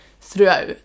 throughout